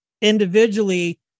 individually